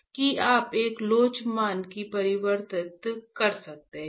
और यह कि आप एक लोच मान में परिवर्तित कर सकते हैं